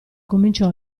cominciò